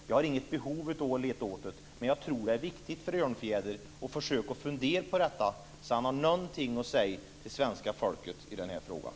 Jag har heller inget behov av att leta efter ett, men jag tror att det är viktigt för Örnfjäder att försöka fundera på detta så att han har någonting att säga till svenska folket i den här frågan.